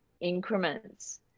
increments